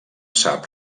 sap